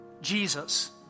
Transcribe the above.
Jesus